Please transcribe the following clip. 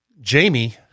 Jamie